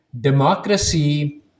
democracy